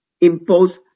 imposed